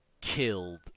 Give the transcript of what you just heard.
killed